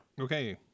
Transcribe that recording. Okay